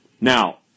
Now